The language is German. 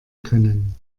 können